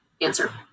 answer